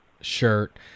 shirt